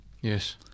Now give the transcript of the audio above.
Yes